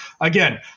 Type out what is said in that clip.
again